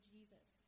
Jesus